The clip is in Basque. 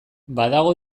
badago